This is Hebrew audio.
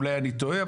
אולי אני טועה,